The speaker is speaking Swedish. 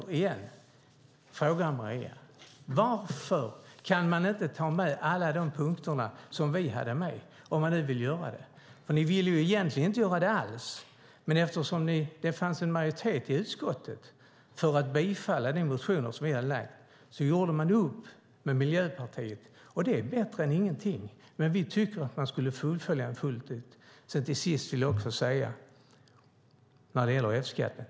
Om man nu vill göra det, varför kan man inte ta med alla de punkter som vi hade? Ni vill egentligen inte göra det alls, men eftersom det fanns en majoritet i utskottet för att tillstyrka vår motion gjorde man upp med Miljöpartiet - och det är bättre än ingenting. Vi tycker dock att man ska fullfölja det.